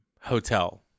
hotel